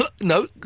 No